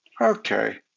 Okay